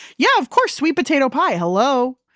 yeah, of course, sweet potato pie. hello?